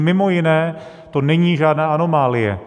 Mimo jiné to není žádná anomálie.